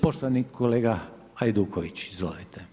Poštovani kolega Hajduković, izvolite.